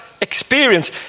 experience